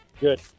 Good